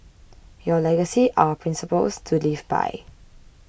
your legacy our principles to live by